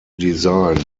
design